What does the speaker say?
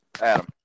Adam